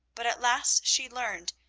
but at last she learned,